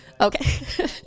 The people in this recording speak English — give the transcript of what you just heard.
Okay